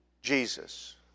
Jesus